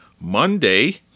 Monday